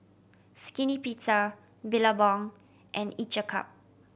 Skinny Pizza Billabong and Each a Cup